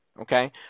okay